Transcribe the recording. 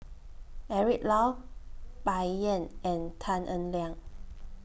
Eric Low Bai Yan and Tan Eng Liang